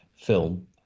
film